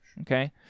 okay